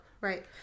Right